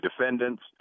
defendants